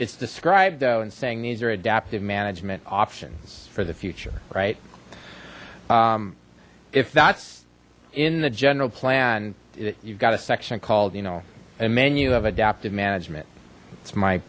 it's described though and saying these are adaptive management options for the future right if that's in the general plan you've got a section called you know a menu of adaptive management it's my